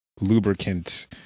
lubricant